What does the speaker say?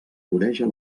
voreja